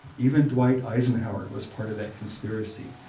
even dwight eisenhower was part of that conspiracy.